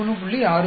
1 93